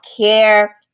care